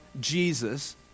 Jesus